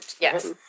Yes